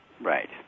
Right